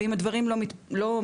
ואם הדברים לא מתקדמים,